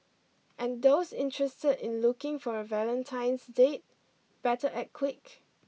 and those interested in looking for a Valentine's date better act quick